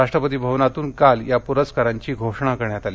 राष्ट्रपती भवनातून काल या पुरस्कारांची घोषणा करण्यात आली